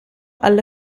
alla